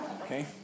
Okay